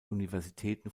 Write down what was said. universitäten